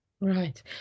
Right